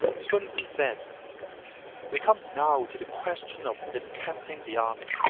sun tzu said we come now to the question of encamping the army,